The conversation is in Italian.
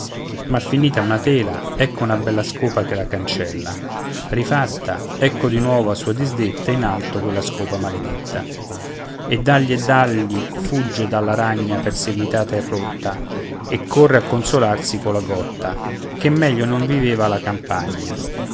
ma finita una tela ecco una bella scopa che la cancella rifatta ecco di nuovo a sua disdetta in alto quella scopa maledetta e dàlli e dàlli fugge dalla ragna perseguitata e rotta e corre a consolarsi colla gotta che meglio non viveva alla campagna